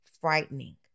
frightening